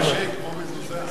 לנשק, כמו מזוזה.